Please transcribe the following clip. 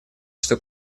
что